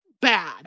bad